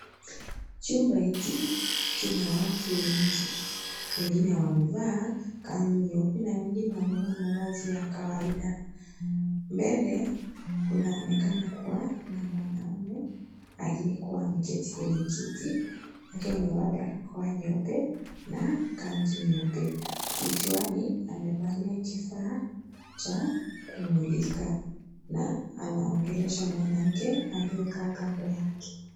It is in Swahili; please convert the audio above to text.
Chumba hiki kina watu wengi. Wengine wamevaa kanzu nyeupe na wengine wamevaa mavazi ya kawaida. Mbele kunaonekana kuwa na mwanaume aliyekuwa ameketi kwenye kiti akiwa amevaa barakoa nyeupe na kanzu nyeupe. Kichwani amevalia kifaa cha kumulika na anaongelesha mwanamke aliyekaa kando yake.